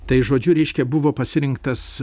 tai žodžiu reiškia buvo pasirinktas